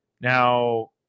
Now